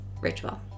ritual